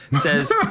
says